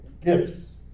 gifts